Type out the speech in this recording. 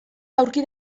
aurki